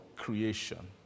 Creation